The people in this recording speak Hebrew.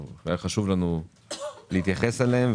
והיה חשוב לנו להתייחס אליהם.